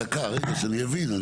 דקה רגע שאני אבין,